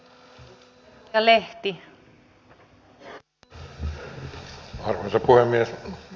arvoisa puhemies